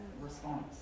response